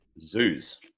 zoos